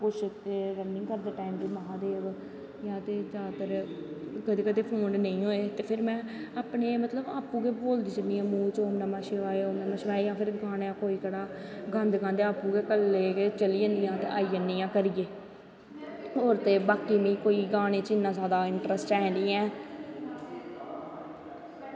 running करदें बी महांदेव दे में ते जादातर कदैं कदैं फोन नेंई होए ते फिर में अपनें मतलव आपैं गै बोलदी जन्नी आं मूह् च नमोंशिवाय नमों शिवाय जां पिर गानें कोई केह्ड़ा गादे गांदे आपूं गै कल्लै गै चली जन्नी आं ते आई जन्नी आं घरे गी होर ते कोई गानें च मिगी इन्ना इंट्रस्ट है नी ऐ